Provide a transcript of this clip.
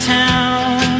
town